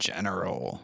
General